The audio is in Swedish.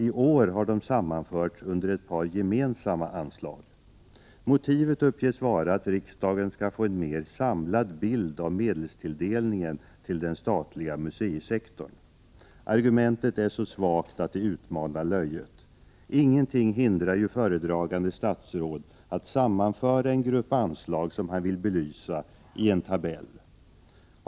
I år har de sammanförts under ett par gemensamma anslag. Motivet uppges vara att riksdagen skall få en mer samlad bild av medelstilldelningen till den statliga museisektorn. Argumentet är så svagt att det utmanar löjet. Ingenting hindrar ju föredragande statsråd att sammanföra en grupp anslag som han vill belysa i en tabell.